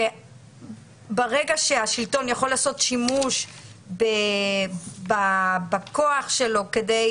שברגע שהשלטון יכול לעשות שימוש בכוח שלו כדי